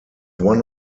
one